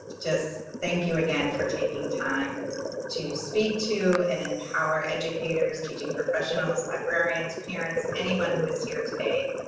just thank you again for taking time to speak to and empower educators, teaching professionals, librarians, parents, anyone who is here today.